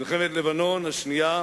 מלחמת לבנון השנייה